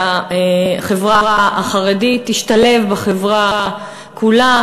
שהחברה החרדית תשתלב בחברה כולה,